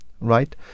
right